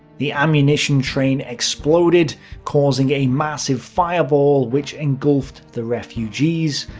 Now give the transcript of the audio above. the ammunition train exploded, causing a massive fireball which engulfed the refugees,